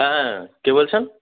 হ্যাঁ কে বলছেন